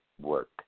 work